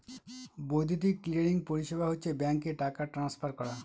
বৈদ্যুতিক ক্লিয়ারিং পরিষেবা হচ্ছে ব্যাঙ্কে টাকা ট্রান্সফার করা